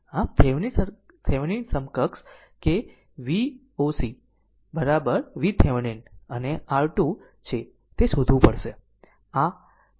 આમ થિવેનિન સમકક્ષ કે Voc VThevenin અને R2 છે તે શોધવું પડશે